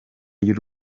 ry’u